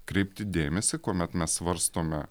kreipti dėmesį kuomet mes svarstome